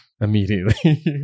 Immediately